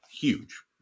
huge